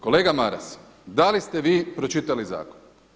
Kolega Maras da li ste vi pročitali zakon?